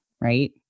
Right